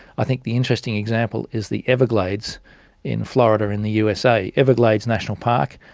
i think the interesting example is the everglades in florida in the usa, everglades national park.